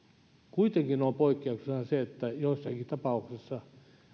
kuitenkin on poikkeuksena se että joissakin tapauksissa